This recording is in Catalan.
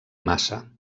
massa